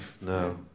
No